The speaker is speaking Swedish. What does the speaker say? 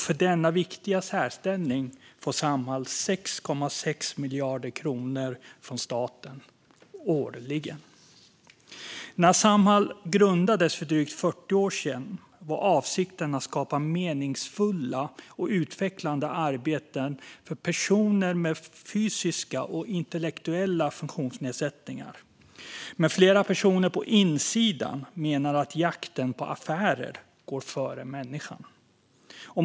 För denna viktiga särställning får Samhall 6,6 miljarder kronor från staten årligen. När Samhall grundades för drygt 40 år sedan var avsikten att skapa meningsfulla och utvecklande arbeten för personer med fysiska och intellektuella funktionsnedsättningar, men flera personer på insidan menar att jakten på affärer går före människan.